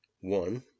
One